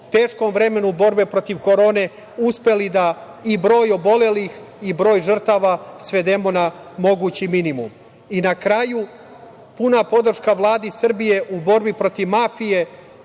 teškom vremenu borbe protiv korone uspeli da i broj obolelih i broj žrtava svedemo na mogući minimum.I na kraju, puna podrška Vladi Srbije u borbi protiv mafije,